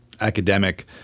academic